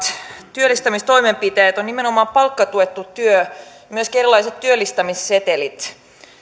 työllistämistoimenpiteitä on nimenomaan palkkatuettu työ myöskin erilaiset työllistämissetelit